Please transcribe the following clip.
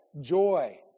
joy